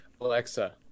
Alexa